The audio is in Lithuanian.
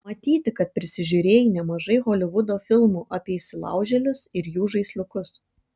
matyti kad prisižiūrėjai nemažai holivudo filmų apie įsilaužėlius ir jų žaisliukus